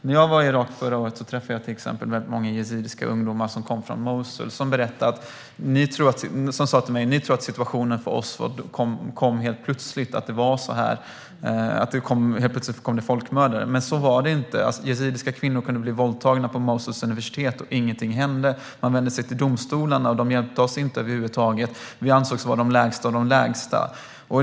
När jag var i Irak förra året träffade jag till exempel många yazidiska ungdomar som kom från Mosul. De sa till mig: Ni tror att situationen i Mosul uppstod helt plötsligt, att det helt plötsligt kom folkmördare, men så var det inte. Yazidiska kvinnor kunde bli våldtagna på Mosuls universitet utan att någonting hände. Vi vände oss till domstolarna, men de hjälpte oss inte över huvud taget. Vi ansågs vara de lägsta av de lägsta.